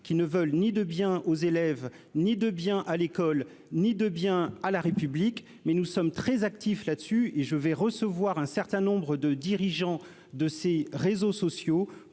qui ne veulent ni de bien aux élèves ni de bien à l'école ni de bien à la République, mais nous sommes très actif là-dessus et je vais recevoir un certain nombre de dirigeants de ces réseaux sociaux